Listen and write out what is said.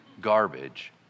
garbage